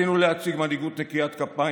הממשלה (תיקון, ממשלת חילופים)